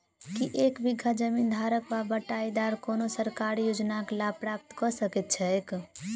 की एक बीघा जमीन धारक वा बटाईदार कोनों सरकारी योजनाक लाभ प्राप्त कऽ सकैत छैक?